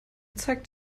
zeigt